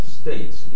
states